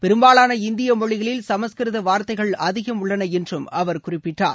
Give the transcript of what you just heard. பெரும்பாலான இந்திய மொழிகளில் சமஸ்கிருத வார்த்தைகள் அதிகம் உள்ளன என்றும் அவர் குறிப்பிட்டார்